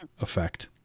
effect